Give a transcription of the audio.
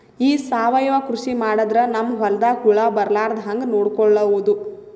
ಈ ಸಾವಯವ ಕೃಷಿ ಮಾಡದ್ರ ನಮ್ ಹೊಲ್ದಾಗ ಹುಳ ಬರಲಾರದ ಹಂಗ್ ನೋಡಿಕೊಳ್ಳುವುದ?